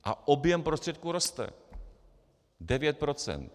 A objem prostředků roste: 9 procent.